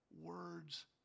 words